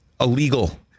Illegal